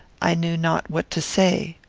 i knew not what to say.